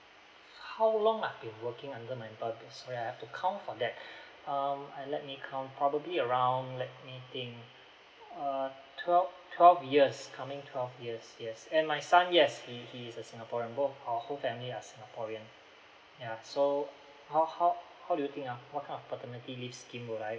how long I've been working under my employer sorry I have to count for that um and let me count probably around let me think uh twelve twelve years coming twelve years yes and my son yes he he is a singaporean both our whole family are singaporeans yeah so how how how do you think ah what kind of paternity scheme will I